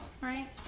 Right